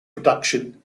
production